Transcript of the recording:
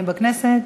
בכנסת,